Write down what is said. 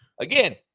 again